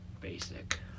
basic